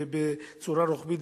בצורה רוחבית,